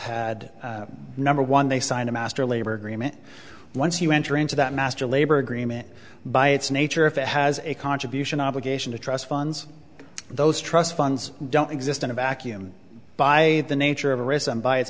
had number one they sign a master labor agreement once you enter into that master labor agreement by its nature if it has a contribution obligation to trust funds those trust funds don't exist in a vacuum by the nature of a